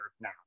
now